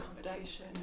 accommodation